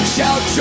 Shout